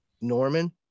Norman